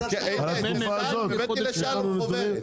הבאתי לשלום חוברת.